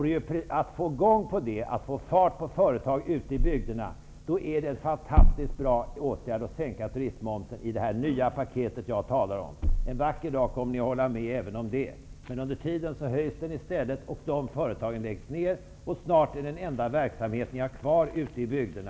Ett sätt att få fart på företagen ute i bygderna vore ju att sänka turistmomsen i det nya paket som jag talar om. En vacker dag kommer ni att hålla med även om det. Under tiden höjs turistmomsen och företagen läggs ned. Flyktingförläggningarna är snart den enda verksamhet som finns ute i bygderna.